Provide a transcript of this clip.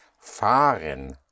fahren